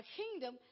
kingdom